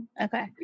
Okay